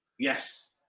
Yes